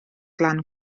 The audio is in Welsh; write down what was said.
glan